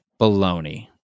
baloney